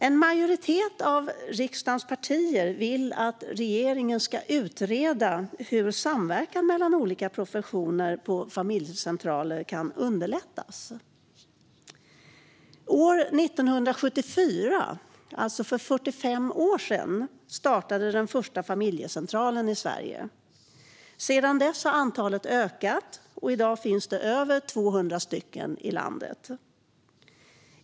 En majoritet av riksdagens partier vill att regeringen ska utreda hur samverkan mellan olika professioner på familjecentraler kan underlättas. År 1974, alltså för 45 år sedan, startade den första familjecentralen i Sverige. Sedan dess har antalet ökat, och i dag finns det över 200 i landet.